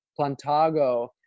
plantago